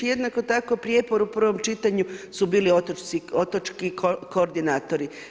Jednako tako prijepor u prvom čitanju su bili otočki koordinatori.